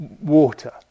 water